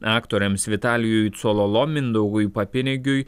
aktoriams vitalijui cololo mindaugui papinigiui